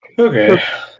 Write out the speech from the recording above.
Okay